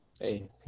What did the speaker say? Hey